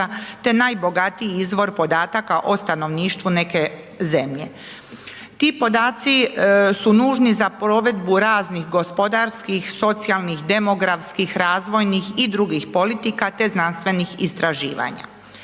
te najbogatiji izvor podataka o stanovništvu neke zemlje. Ti podaci su nužni za provedbu raznih gospodarskih, socijalnih, demografskih, razvojnih i drugih politika te znanstvenih istraživanja.